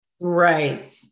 Right